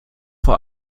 vor